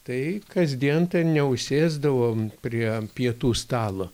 tai kasdien ten neužsėsdavom prie pietų stalo